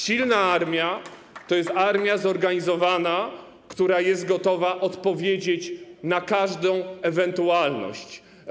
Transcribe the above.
Silna armia to jest armia zorganizowana, która jest gotowa odpowiedzieć na każdą ewentualność.